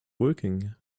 working